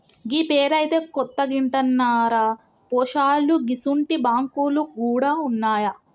గీ పేరైతే కొత్తగింటన్నరా పోశాలూ గిసుంటి బాంకులు గూడ ఉన్నాయా